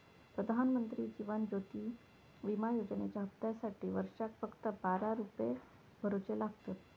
प्रधानमंत्री जीवन ज्योति विमा योजनेच्या हप्त्यासाटी वर्षाक फक्त बारा रुपये भरुचे लागतत